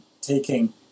taking